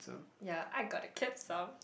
ya I got to keep some